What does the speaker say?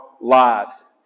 lives